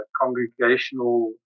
congregational